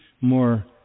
more